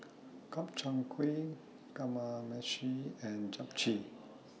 Gobchang Gui Kamameshi and Japchae